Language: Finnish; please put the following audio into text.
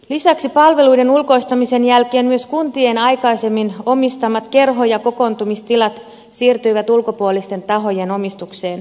lisäksi palveluiden ulkoistamisen jälkeen myös kuntien aikaisemmin omistamat kerho ja kokoontumistilat siirtyivät ulkopuolisten tahojen omistukseen tai hallintaan